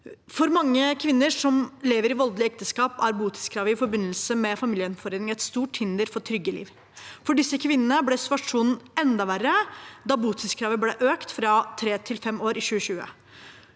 For mange kvinner som lever i voldelige ekteskap, er botidskravet i forbindelse med familiegjenforening et stort hinder for et trygt liv. For disse kvinnene ble situasjonen enda verre da botidskravet ble økt fra tre til fem år i 2020.